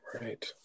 Right